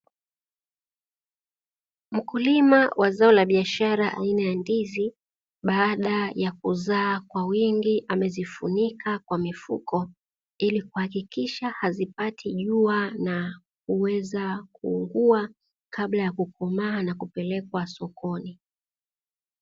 Mkulima wa zao la biashara aina ya ndizi, baada ya kuzaa kwa wingi, amezifunika kwa mifuko ili kuhakikisha hazipati jua na kuweza kuungua kabla ya kukomaa na kupelekwa sokoni.